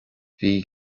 bhí